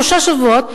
שלושה שבועות,